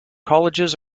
colleges